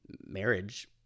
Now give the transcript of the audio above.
marriage